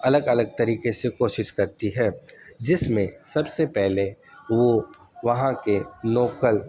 الگ الگ طریقے سے کوشش کرتی ہے جس میں سب سے پہلے وہ وہاں کے لوکل